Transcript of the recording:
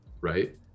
Right